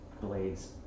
blades